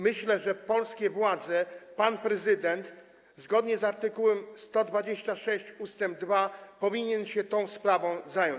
Myślę, że polskie władze, pan prezydent, zgodnie z art. 126 ust. 2, powinny się tą sprawą zająć.